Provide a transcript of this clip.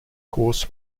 course